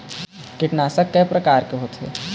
कीटनाशक कय प्रकार के होथे?